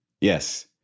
yes